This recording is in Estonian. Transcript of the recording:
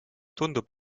tundub